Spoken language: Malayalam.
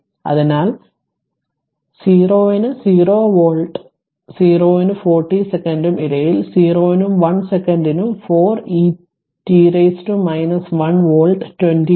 അതിനാൽ 0 ന് 0 വോൾട്ട് 0 നും 40 സെക്കന്റിനും ഇടയിൽ 0 നും 1 സെക്കന്റിനും 4 e t മുതൽ 1 വോൾട്ട് 20 വരെ